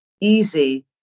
easy